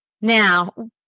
Now